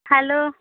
hello